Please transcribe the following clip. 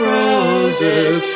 Roses